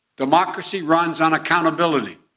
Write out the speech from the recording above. democracy runs on accountability,